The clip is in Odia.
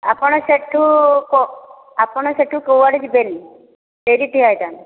ଆପଣ ସେଇଠୁ ଆପଣ ସେଇଠୁ କୁଆଡ଼େ ଯିବେନି ସେଇଠି ଠିଆ ହୋଇଥାନ୍ତୁ